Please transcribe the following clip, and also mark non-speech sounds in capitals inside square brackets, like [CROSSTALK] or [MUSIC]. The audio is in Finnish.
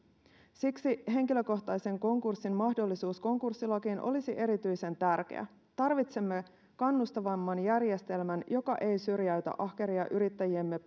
siksi henkilökohtaisen konkurssin mahdollisuus konkurssilakiin olisi erityisen tärkeä tarvitsemme kannustavamman järjestelmän joka ei syrjäytä ahkeria yrittäjiämme [UNINTELLIGIBLE]